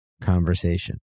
conversation